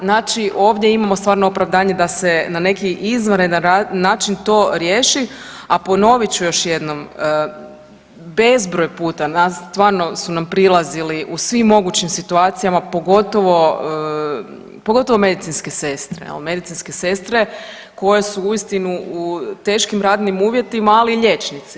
Znači ovdje imamo stvarno opravdanje da se na neki izvanredan način to riješi, a ponovit ću još jednom bezbroj puta su nam prilazili u svim mogućim situacijama pogotovo medicinske sestre, medicinske sestre koje su uistinu u teškim radnim uvjetima ali i liječnici.